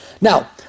Now